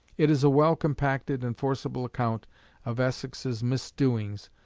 it is a well-compacted and forcible account of essex's misdoings,